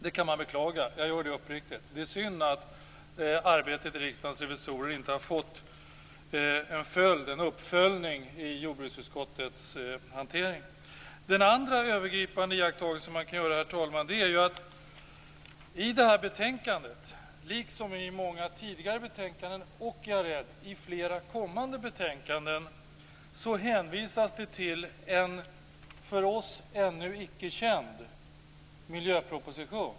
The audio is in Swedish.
Det kan man beklaga. Jag gör det uppriktigt. Det är synd att Riksdagens revisorers arbete inte har fått en uppföljning i jordbruksutskottets hantering. Den andra övergripande iakttagelse man kan göra, herr talman, är ju att det i det här betänkandet liksom i många tidigare betänkanden och - är jag rädd - flera kommande betänkanden, hänvisas till en för oss ännu icke känd miljöproposition.